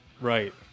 Right